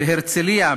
בהרצלייה,